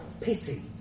pity